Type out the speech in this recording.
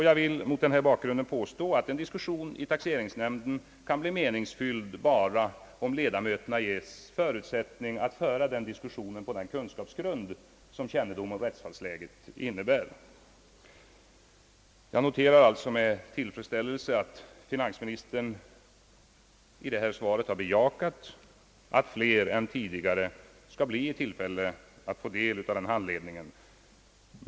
Jag vill mot denna bakgrund påstå att en diskussion i taxeringsnämnden kan bli meningsfylld bara om ledamöterna ges förutsättning att föra diskussionen på den kunskapsnivå som kännedom om rättsfallsläget innebär. Jag noterar alltså med tillfredsställelse att finansministern i detta svar har bejakat att fler personer än tidigare skall bli i tillfälle att få del av ifrågavarande handledning.